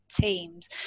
teams